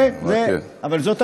כן, אבל זו המציאות.